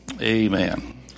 amen